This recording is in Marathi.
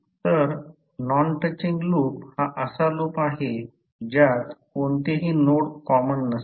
तर नॉन टचिंग लूप हा असा लूप आहेत ज्यात कोणतेही नोड कॉमन नसतात